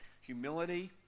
Humility